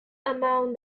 among